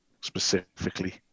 specifically